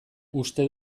uste